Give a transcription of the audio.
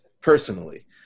Personally